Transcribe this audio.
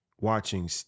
watching